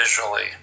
visually